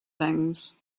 things